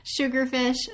sugarfish